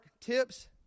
tips